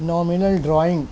nominal drawing